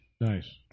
Nice